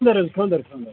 خانٛدَر حظ خانٛدَر خانٛدَر